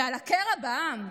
ולקרע בעם,